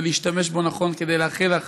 זה להשתמש בו נכון כדי לאחל לך